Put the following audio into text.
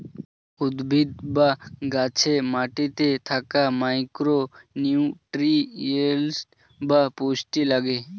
উদ্ভিদ বা গাছে মাটিতে থাকা মাইক্রো নিউট্রিয়েন্টস বা পুষ্টি লাগে